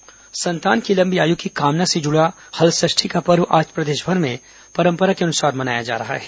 हलषष्ठी संतान की लंबी आयु की कामना से जुड़ा हलषष्ठी का पर्व आज प्रदेशभर में परंपरा के अनुसार मनाया जा रहा है